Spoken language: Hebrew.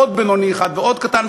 עוד בינוני אחד ועוד קטן,